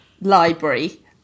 library